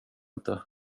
inte